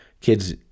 kids